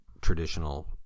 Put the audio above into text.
traditional